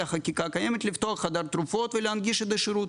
החקיקה הקיימת לפתוח חדר תרופות ולהנגיש את השירות,